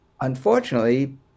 unfortunately